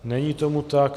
Není tomu tak.